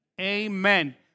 Amen